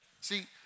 See